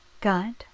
god